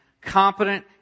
competent